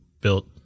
built